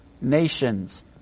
nations